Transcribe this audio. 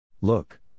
Look